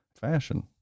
fashion